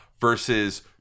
versus